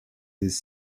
this